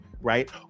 right